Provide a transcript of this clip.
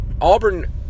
Auburn